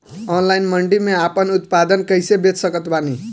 Online मंडी मे आपन उत्पादन कैसे बेच सकत बानी?